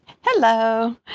Hello